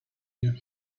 you